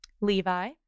Levi